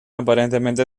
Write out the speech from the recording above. aparentemente